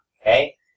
Okay